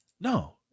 No